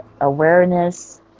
awareness